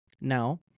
Now